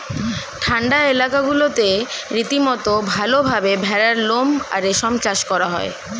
ঠান্ডা এলাকাগুলোতে রীতিমতো ভালভাবে ভেড়ার লোম আর রেশম চাষ করা হয়